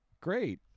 great